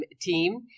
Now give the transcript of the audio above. team